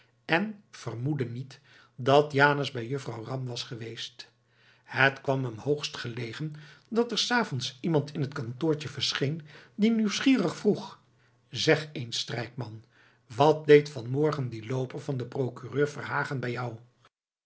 en vermoedde niet dat janus bij juffrouw ram was geweest het kwam hem hoogst gelegen dat er s avonds iemand in het kantoortje verscheen die nieuwsgierig vroeg zeg eens strijkman wat deed van morgen die looper van procureur verhagen bij jou